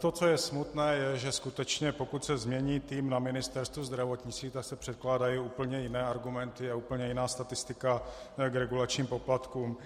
To, co je smutné, je, že skutečně pokud se změní tým na Ministerstvu zdravotnictví, tak se předkládají úplně jiné argumenty a úplně jiná statistika k regulačním poplatkům.